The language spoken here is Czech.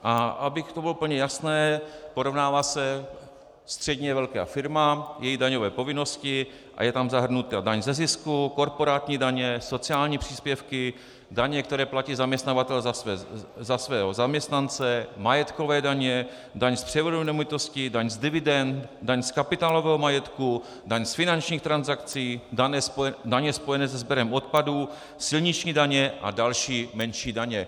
A aby to bylo úplně jasné, porovnává se středně velká firma, její daňové povinnosti, a je tam zahrnuta daň ze zisku, korporátní daně, sociální příspěvky, daně, které platí zaměstnavatel za svého zaměstnance, majetkové daně, daň z převodu nemovitostí, daň z dividend, daň z kapitálového majetku, daň z finančních transakcí, daně, spojené se sběrem odpadů, silniční daně a další menší daně.